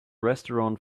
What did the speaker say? restaurant